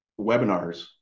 Webinars